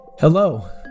Hello